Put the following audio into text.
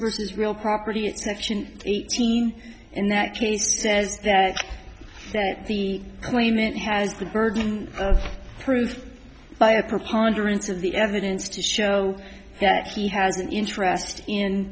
versus real property it's section eighteen in that case says that that the claimant has the burden of proof by a preponderance of the evidence to show that he has an interest in